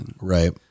right